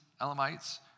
Elamites